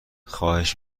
خواهش